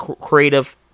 creative